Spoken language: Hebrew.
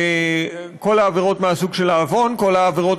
כל העבירות מהסוג של חטא,